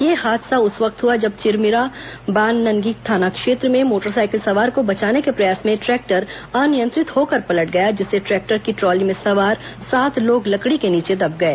यह हादसा उस वक्त हआ जब चिरमिरा बागननगी थाना क्षेत्र में मोटरसाइकिल सवार को बचाने के प्रयास में ट्रैक्टर अनियंत्रित होकर पलट गया जिससे ट्रैक्टर की ट्राली में सवार सात लोग लकड़ी के नीचे दब गए